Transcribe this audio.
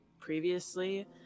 previously